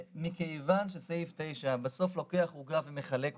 שמכיוון שסעיף 9 לוקח עוגה ומחלק אותה,